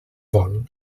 vol